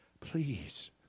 please